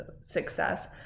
success